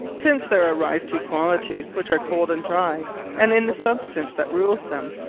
since there arise two qualities, which are cold, and dry and in the substance, that rules them,